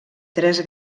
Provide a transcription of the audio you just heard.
tres